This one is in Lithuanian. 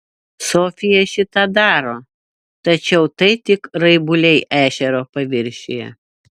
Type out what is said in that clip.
sofija šį tą daro tačiau tai tik raibuliai ežero paviršiuje